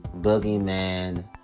boogeyman